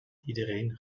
iedereen